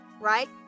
right